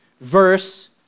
verse